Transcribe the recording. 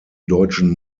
deutschen